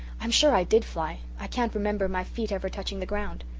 i'm sure i did fly i can't remember my feet ever touching the ground.